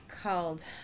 called